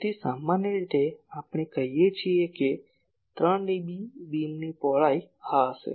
તેથી સામાન્ય રીતે આપણે કહીએ છીએ કે 3 dB બીમની પહોળાઈ આ હશે